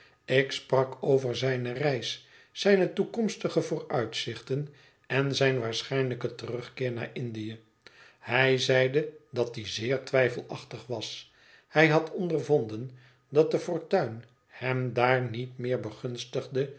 ik sprak over zijne reis zijne toekomstige vooruitzichten en zijn waarschijnlijken terugkeer naar indië hij zeide dat die zeer twijfelachtig was hij had ondervonden dat de fortuin hem daar niet meer begunstigde dan